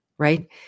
right